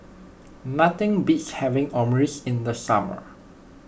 nothing beats having Omurice in the summer